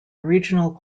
regional